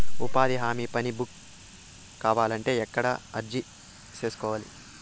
ఉపాధి హామీ పని బుక్ కావాలంటే ఎక్కడ అర్జీ సేసుకోవాలి?